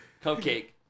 Cupcake